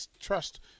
trust